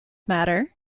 matter